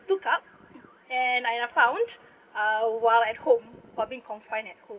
took up and and I found uh while at home while being confined at home